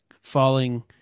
falling